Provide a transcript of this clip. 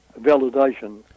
validation